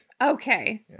Okay